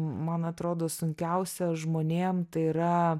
man atrodo sunkiausia žmonėm tai yra